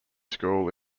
school